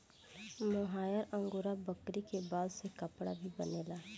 मोहायर angora बकरी के बाल से कपड़ा भी बनेला